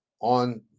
on